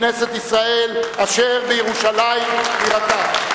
אדוני, לכנסת ישראל, אשר ירושלים בירתה.